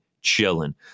chilling